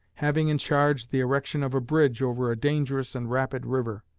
having in charge the erection of a bridge over a dangerous and rapid river.